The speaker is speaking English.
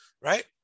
right